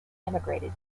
emigrated